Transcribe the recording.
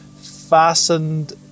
fastened